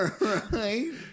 Right